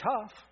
tough